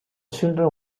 children